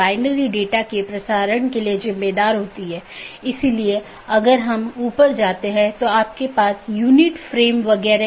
एक विशेष उपकरण या राउटर है जिसको BGP स्पीकर कहा जाता है जिसको हम देखेंगे